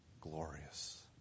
glorious